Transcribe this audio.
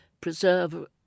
preserve